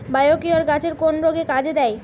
Biocure গাছের কোন রোগে কাজেদেয়?